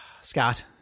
Scott